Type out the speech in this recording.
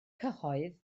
cyhoedd